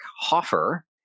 Hoffer